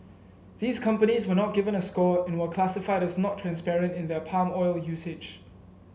these companies were not given a score and were classified as not transparent in their palm oil usage